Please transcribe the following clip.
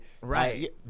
Right